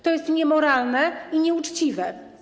To jest niemoralne i nieuczciwe.